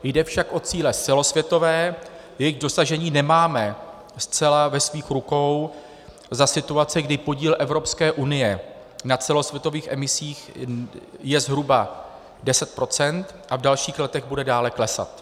Jde však o cíle celosvětové, jejich dosažení nemáme zcela ve svých rukou za situace, kdy podíl Evropské unie na celosvětových emisích je zhruba 10 % a v dalších letech bude dále klesat.